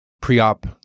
pre-op